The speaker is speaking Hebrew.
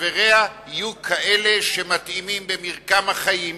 שחבריה יהיו כאלה שמתאימים במרקם החיים,